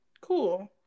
cool